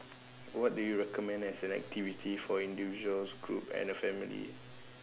what do you recommend as an activity for individuals group and family